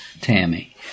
Tammy